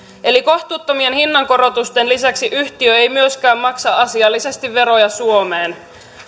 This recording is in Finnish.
eli kohtuuttomien hinnankorotusten lisäksi yhtiö ei myöskään maksa asiallisesti veroja suomeen